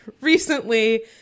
recently